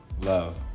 Love